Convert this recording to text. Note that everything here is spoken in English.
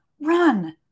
run